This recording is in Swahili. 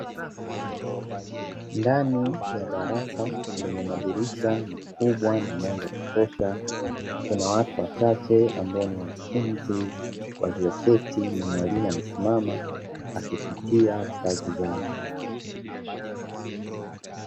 Ndani ya darasa lenye madirisha makubwa na mwanga wa kutosha, kuna watu wachache ambao ni wanafunzi walioketi na mwalimu amesimama akipitia kazi zao.